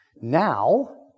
Now